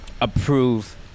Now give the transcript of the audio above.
approve